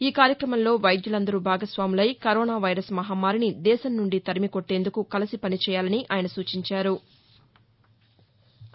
ఈ కార్యక్రమంలో వైద్యులందరూ భాగస్వాములై కరోనా వైరస్ మహమ్మారిని దేశం నుండి తరిమి కొట్టేందుకు కలసి పనిచేయాలని ఆయన సూచించారు